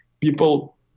people